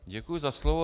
Děkuji za slovo.